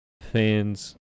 fans